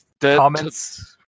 comments